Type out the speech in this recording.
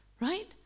right